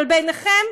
אבל בעיניכם,